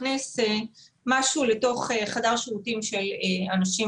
הכניס משהו לתוך חדר השירותים של אנשים